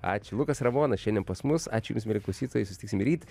ačiū lukas ramonas šiandien pas mus ačiū jums mieli klausytojai susitiksim ryt